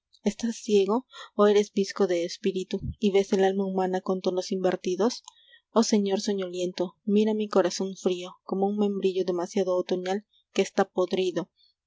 estás ciego o eres bizco de espíritu y ves el alma humana con tonos invertidos oh señor soñoliento mira mi corazón frío como un membrillo demasiado otoñal que está podrido